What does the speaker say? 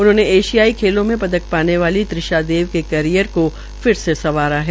उन्होंने एशियाई खेलों में पदक लाने वाली त्रिशा देव के कैरियर को फिर से संवारा है